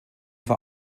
war